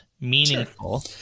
meaningful